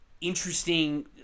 interesting